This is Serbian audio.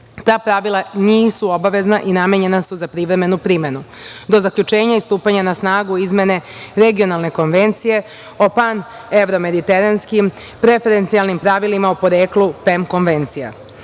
Ta pravila nisu obavezna i namenjena su za privremenu primenu. Do zaključenja i stupanja na snagu izmene Regionalne konvencije o pan-evro-mediteranskim preferencijalnim pravilima o poreklu PEM konvencije,